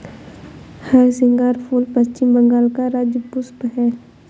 हरसिंगार फूल पश्चिम बंगाल का राज्य पुष्प है